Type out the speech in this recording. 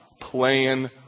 playing